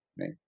right